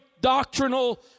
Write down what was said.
doctrinal